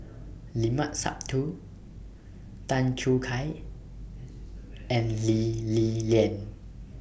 Limat Sabtu Tan Choo Kai and Lee Li Lian